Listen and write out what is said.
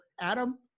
Adam